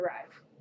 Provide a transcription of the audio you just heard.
arrive